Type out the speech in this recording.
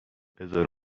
بزار